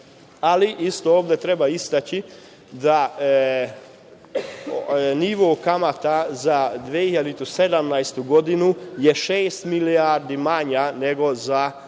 ali isto ovde treba istaći da nivo kamata za 2017. godinu je šest milijardi manja, nego za 2016.